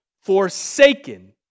forsaken